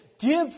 give